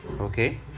Okay